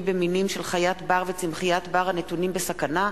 במינים של חיית בר וצמחיית בר הנתונים בסכנה,